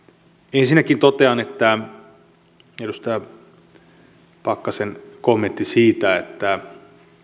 ensinnäkin totean mitä tulee edustaja pakkasen kommenttiin siitä että